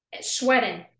Sweating